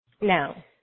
Now